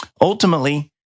Ultimately